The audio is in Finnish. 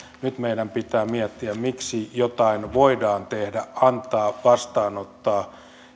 nyt meidän pitää miettiä miksi jotain voidaan tehdä antaa vastaanottaa